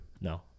No